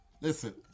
Listen